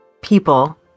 people